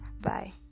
Bye